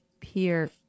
Peer